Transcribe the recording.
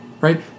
right